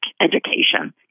education